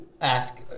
ask